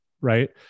right